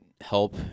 help